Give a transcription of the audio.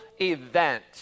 event